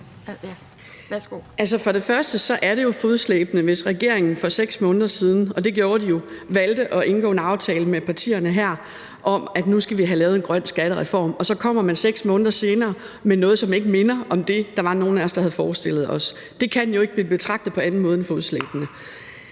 Altså, først og fremmest er det jo fodslæbende, at regeringen for 6 måneder siden valgte at indgå en aftale med partierne her om, at vi nu skal have lavet en grøn skattereform, når man så kommer 6 måneder senere med noget, som ikke minder om det, nogen af os havde forestillet sig. Det kan jo ikke blive betragtet på anden måde end fodslæbende.